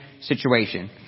situation